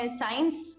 science